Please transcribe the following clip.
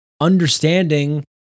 understanding